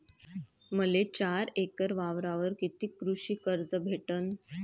मले चार एकर वावरावर कितीक कृषी कर्ज भेटन?